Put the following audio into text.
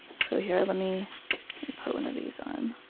so here, let me put one of these on